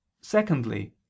Secondly